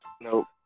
Nope